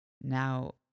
Now